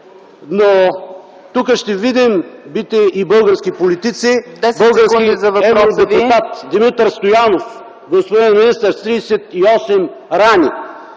Тук ще видим и бити български политици, български евродепутат – Димитър Стоянов, господин министър – с 38 рани!